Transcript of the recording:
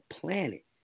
planet